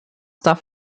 darf